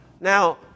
Now